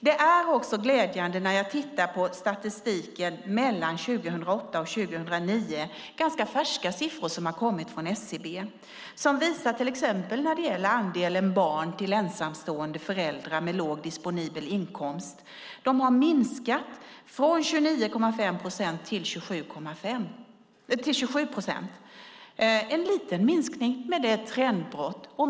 Det är också glädjande att titta på statistiken mellan 2008 och 2009. Det är ganska färska siffror som har kommit från SCB och som visar till exempel andelen barn till ensamstående föräldrar med låg disponibel inkomst. Den har minskat från 29,5 procent till 27 procent. Det är en liten minskning, men det är ett trendbrott.